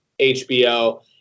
hbo